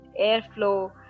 airflow